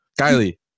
Kylie